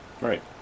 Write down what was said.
Right